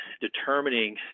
determining